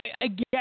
Again